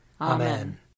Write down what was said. Amen